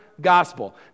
gospel